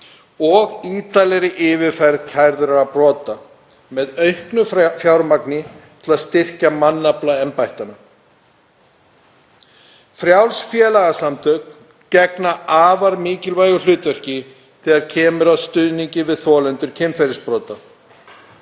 og ítarlegri yfirferð kærðra brota með auknu fjármagni til að styrkja mannafla embættanna. Frjáls félagasamtök gegna afar mikilvægu hlutverki þegar kemur að stuðningi við þolendur kynferðisbrota.